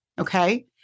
Okay